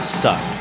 suck